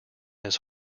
his